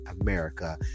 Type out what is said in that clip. America